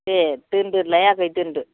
देह दोन्दोलाय आगै दोन्दो